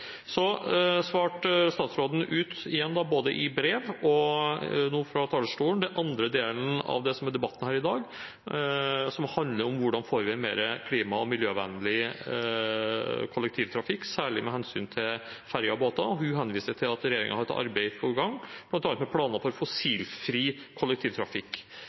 Statsråden svarte både i brev og fra talerstolen på den andre delen av debatten her i dag, som handler om hvordan vi får mer klima- og miljøvennlig kollektivtrafikk, særlig med hensyn til ferjer og båter. Hun henviste til at regjeringen har et arbeid på gang, bl.a. med planer for fossilfri kollektivtrafikk.